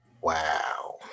Wow